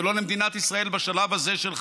ולא למדינת ישראל בשלב הזה של חייה,